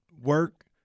work